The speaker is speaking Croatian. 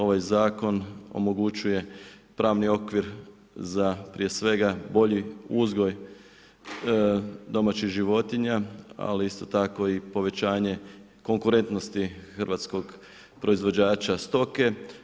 Ovaj zakon, omogućuje pravni okvir za prije svega bolji uzgoj domaćih životinja, ali isto tako i povećanje konkurentnosti hrvatskog proizvođača stoke.